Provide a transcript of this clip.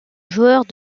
joueurs